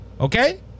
okay